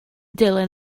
dilyn